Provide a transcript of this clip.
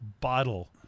bottle